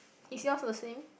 is yours the same